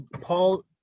Paul